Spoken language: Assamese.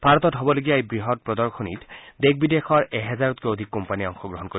ভাৰতত হ'বলগীয়া এই বৃহৎ প্ৰদশনীত দেশ বিদেশৰ এহেজাৰতকৈও অধিক কোম্পানীয়ে অংশগ্ৰহণ কৰিব